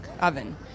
oven